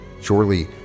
Surely